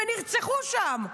ונרצחו שם.